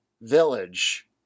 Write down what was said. Village